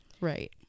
Right